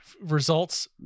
results